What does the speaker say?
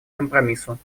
компромиссу